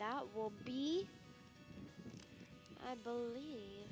that will be i believe